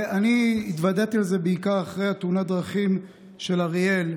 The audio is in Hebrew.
אני התוודעתי לזה בעיקר אחרי תאונת הדרכים של אריאל.